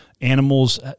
animals